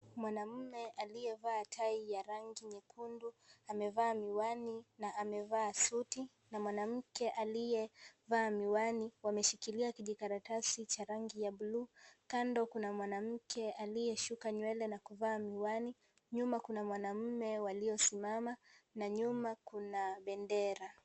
Mwanamume aliyevaa tai ya rangi nyekundu amevaa miwani na amevaa suti na mwanamke aliyevaa miwani wameshikilia kijikaratasi cha rangi ya buluu. Kando kuna mwanamke aliyeshuka nywele na kuvaa miwani. Nyuma kuna wanaume waliosimama na nyuma kuna bendera.